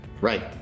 Right